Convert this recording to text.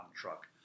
truck